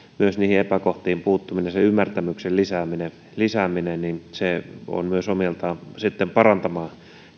myös niihin epäkohtiin puuttuminen sen ymmärtämyksen lisääminen lisääminen ovat myös omiaan parantamaan